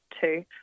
two